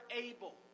able